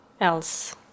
else